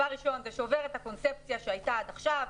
זה שובר את הקונספציה שהייתה עד עכשיו,